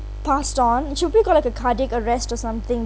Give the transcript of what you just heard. passed on she probably got like cardiac arrest or something